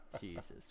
Jesus